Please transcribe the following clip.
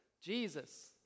Jesus